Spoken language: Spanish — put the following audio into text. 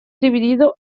dividido